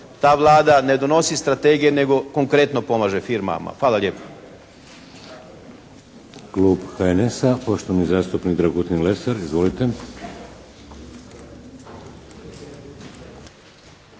Ta Vlada ne donosi strategije neko konkretno pomaže firmama. Hvala lijepo.